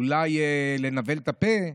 אולי לנבל את הפה,